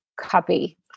copy